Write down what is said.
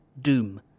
Doom